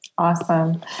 Awesome